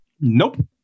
Nope